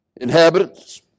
Inhabitants